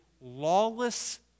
lawless